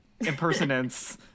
impersonance